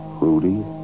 rudy